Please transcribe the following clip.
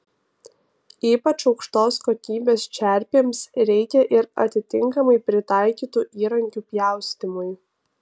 ypač aukštos kokybės čerpėms reikia ir atitinkamai pritaikytų įrankių pjaustymui